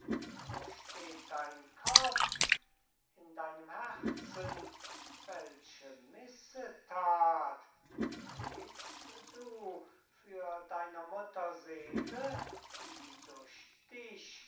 wo steht dein kopf in deinem herzen welche missethat bet'st du für deiner mutter seele die durch dich